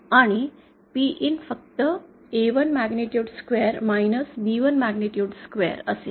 आणि Pin फक्त A1 magnitude square B1 magnitude square असेल